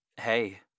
Hey